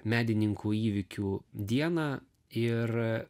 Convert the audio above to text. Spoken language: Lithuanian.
medininkų įvykių dieną ir